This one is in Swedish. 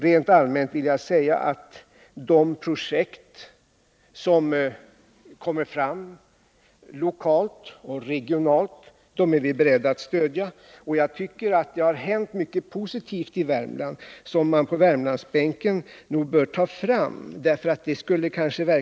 Helt allmänt vill jag säga att vi är beredda att stödja de projekt som kommer fram lokalt och regionalt samt att jag tycker att det har hänt mycket positivt i Värmland som man på Värmlandsbänken nog bör ta fram därför att det kan verka stimulerande.